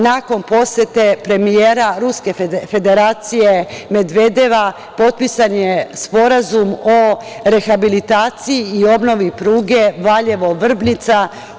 Nakon posete premijera Ruske Federacije Medvedeva potpisan je Sporazum o rehabilitaciji i obnovi pruge Valjevo-Vrbnica.